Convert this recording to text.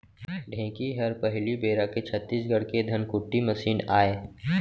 ढेंकी हर पहिली बेरा के छत्तीसगढ़ के धनकुट्टी मसीन आय